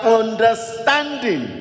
understanding